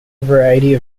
variety